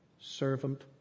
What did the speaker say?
servant